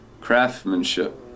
craftsmanship